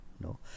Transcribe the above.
no